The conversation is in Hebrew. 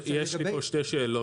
יש לי פה שתי שאלות.